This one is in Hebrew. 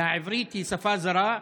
העברית היא שפה זרה,